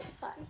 fun